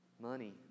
Money